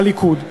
הליכוד.